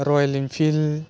Royal Enfield